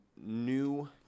new